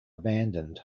abandoned